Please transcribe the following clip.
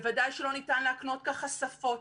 בוודאי שלא ניתן להקנות ככה שפות.